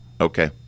okay